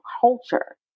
culture